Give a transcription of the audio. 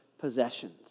possessions